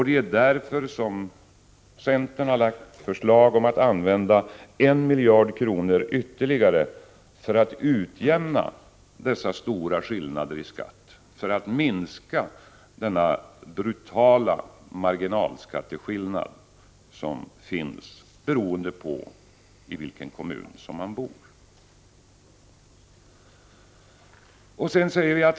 Det är därför som centern har lagt förslag om att använda 1 miljard kronor ytterligare för att utjämna dessa stora skillnader i skatt och för att minska de brutala marginalskatteskillnaderna beroende på i vilken kommun man bor.